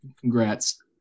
Congrats